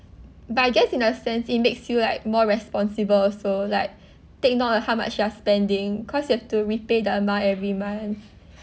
but I guess in a sense it makes you like more responsible also like take note of how much you're spending cause you have to repay the amount every month